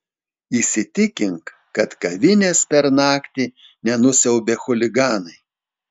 įsitikink kad kavinės per naktį nenusiaubė chuliganai